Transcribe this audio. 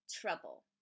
Trouble